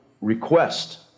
request